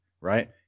right